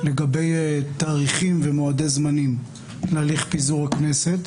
לגבי תאריכים ומועדי זמנים להליך פיזור הכנסת.